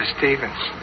Stevens